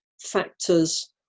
factors